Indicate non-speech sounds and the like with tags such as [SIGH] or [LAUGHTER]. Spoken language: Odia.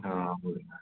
ହଁ [UNINTELLIGIBLE]